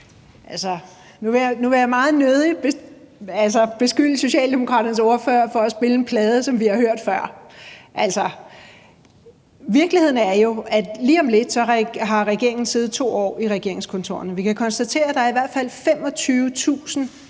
nu vil jeg meget nødig beskylde Socialdemokraternes ordfører for at spille en plade, som vi har hørt før. Virkeligheden er jo, at lige om lidt har regeringen siddet 2 år i regeringskontorerne. Vi kan konstatere, at der er i hvert fald 25.000